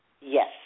Yes